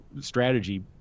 strategy